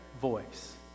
voice